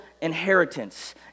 inheritance